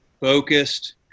focused